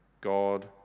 God